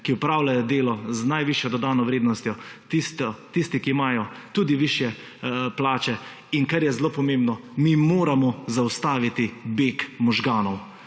ki opravljajo delo z najvišjo dodano vrednostjo, tiste, ki imajo tudi višje plače, in kar je zelo pomembno, mi moramo zaustaviti beg možganov.